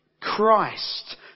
Christ